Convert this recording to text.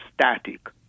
static